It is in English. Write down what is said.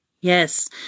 Yes